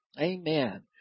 amen